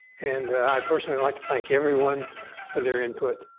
and i personally like to thank everyone for their input.